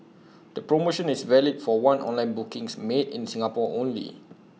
the promotion is valid for one online bookings made in Singapore only